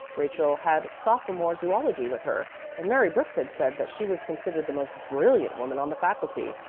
rachel had sophomore zoology with her and mary brooks had said that she was considered the most brilliant woman on the faculty.